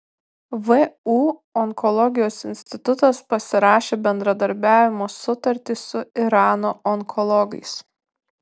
vu onkologijos institutas pasirašė bendradarbiavimo sutartį su irano onkologais